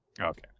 okay